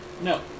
No